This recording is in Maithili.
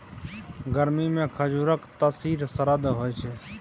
गरमीमे खजुरक तासीर सरद होए छै